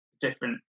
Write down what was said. different